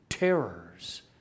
Terrors